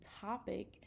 topic